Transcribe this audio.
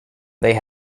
they